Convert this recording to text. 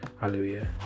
Hallelujah